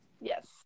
Yes